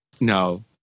No